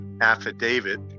affidavit